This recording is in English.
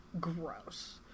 gross